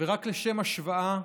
ורק לשם השוואה,